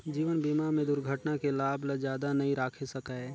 जीवन बीमा में दुरघटना के लाभ ल जादा नई राखे सकाये